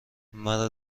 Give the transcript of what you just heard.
مرا